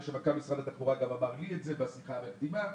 ומנכ"ל משרד התחבורה גם אמר לי את זה בשיחה המקדימה,